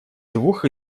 двух